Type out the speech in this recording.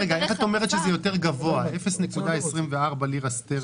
ל-100 מיליליטר